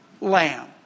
lamb